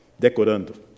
Decorando